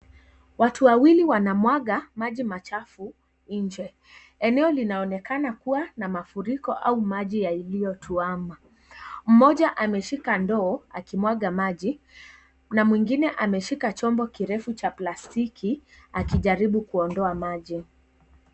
Watu wawili wanamwaga maji machafu nje. Eneo linaonekana kuwa na mafuriko au maji iliyotuama. Mtu mmoja ameshika ndoo akimwaga maji na mwingine ameshika chombo kirefu cha plastiki akijaribu kuondoa maji.